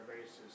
basis